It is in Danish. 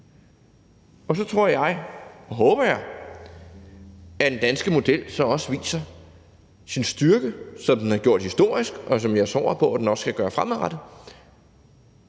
Og jeg tror og jeg håber, at den danske model så også viser sin styrke, som den har gjort historisk, og som jeg også tror på at den skal gøre fremadrettet,